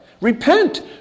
Repent